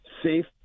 safe